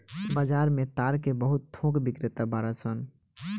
बाजार में ताड़ के बहुत थोक बिक्रेता बाड़न सन